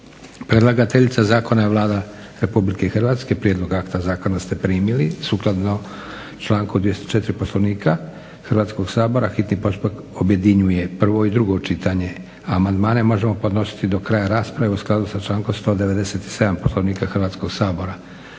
Predlagateljica zakona je Vlada Republike Hrvatske. Prijedlog akta zakona ste primili. Sukladno članku 204. Poslovnika Hrvatskog sabora hitni postupak objedinjuje prvo i drugo čitanje. Amandmani se mogu podnositi do kraja rasprave u skladu s člankom 197. Poslovnika Hrvatskog sabora.